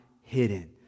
hidden